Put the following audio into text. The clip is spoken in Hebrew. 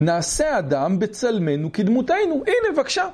נעשה אדם בצלמנו כדמותינו. הנה בבקשה.